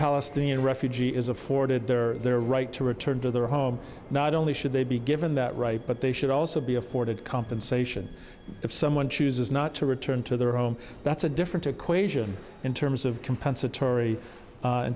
palestinian refugee is afforded their their right to return to their home not only should they be given that right but they should also be afforded compensation if someone chooses not to return to their home that's a different equation in terms of compensatory